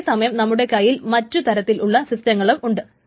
അതേ സമയം നമ്മുടെ കൈയിൽ മറ്റു തരത്തിലുള്ള സിസ്റ്റങ്ങളും ഉണ്ട്